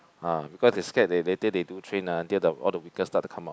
ah because they scared that later they do train ah there the all the wrinkles start to come out